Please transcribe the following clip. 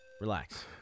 Relax